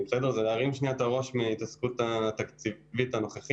זה להרים שנייה את הראש מההתעסקות התקציבית הנוכחית